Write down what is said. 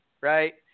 right